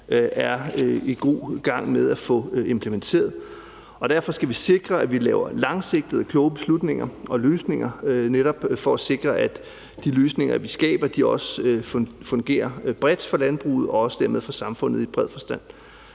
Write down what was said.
er i god gang med at få implementeret. Derfor skal vi sikre, at vi laver langsigtede, kloge beslutninger og løsninger netop for at sikre, at de løsninger, vi skaber, også fungerer bredt for landbruget og også dermed for samfundet i bred forstand.